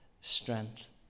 strength